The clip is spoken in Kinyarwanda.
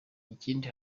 ikindi